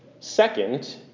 Second